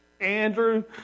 Andrew